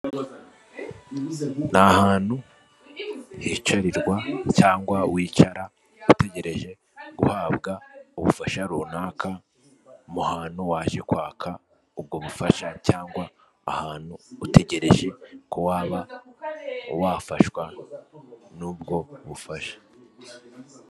Ni ahantu hicarirwa cyangwa wicara utegereje guhabwa ubufasha runaka mu hantu waje kwaka ubwo bufasha cyangwa ahantu utegereje ko waba wafashwa n'ubwo bufasha.